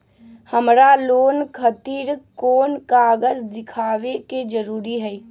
हमरा लोन खतिर कोन कागज दिखावे के जरूरी हई?